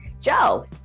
Joe